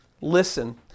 listen